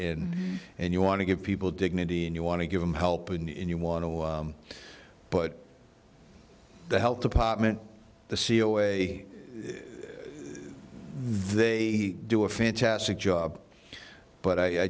in and you want to give people dignity and you want to give them help and you want to put the health department the c e o way they do a fantastic job but i